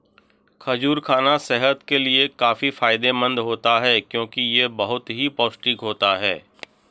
खजूर खाना सेहत के लिए काफी फायदेमंद होता है क्योंकि यह बहुत ही पौष्टिक होता है